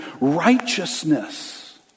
righteousness